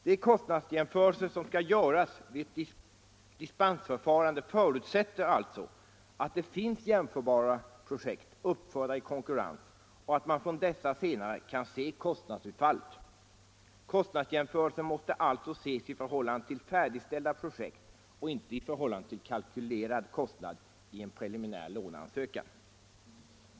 De kostnadsjämförelser som skall göras vid ett dispensförfarande förutsätter alltså att det finns jämförbara projekt uppförda i konkurrens och att man från dessa senare kan se kostnadsutfallet. Kostnadsjämförelsen måste alltså ses i förhållande till färdigställda projekt och inte i förhållande till kalkylerad kostnad i en preliminär låneansökan.